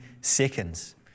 seconds